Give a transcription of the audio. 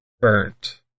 burnt